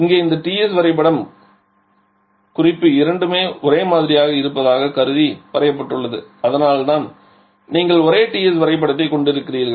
இங்கே இந்த Ts வரைபடம் குறிப்பு இரண்டுமே ஒரே மாதிரியாக இருப்பதாகக் கருதி வரையப்பட்டுள்ளது அதனால்தான் நீங்கள் ஒரே Ts வரைபடத்தைக் கொண்டிருக்கிறீர்கள்